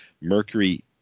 Mercury